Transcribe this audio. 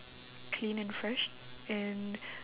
clean and fresh and